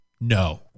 no